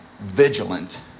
vigilant